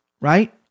right